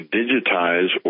digitize